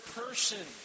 person